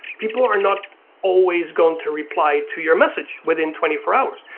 people are not always going to reply to your message within twenty four hours.